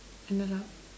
ended up